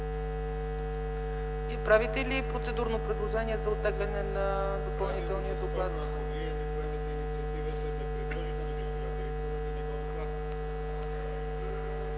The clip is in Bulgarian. Правите ли процедурно предложение за оттегляне на допълнителния доклад?